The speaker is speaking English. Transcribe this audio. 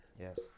Yes